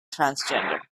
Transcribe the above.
transgender